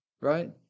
right